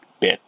bit